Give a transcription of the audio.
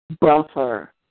buffer